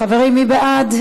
חברים, מי בעד?